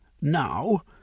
now